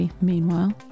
meanwhile